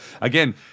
again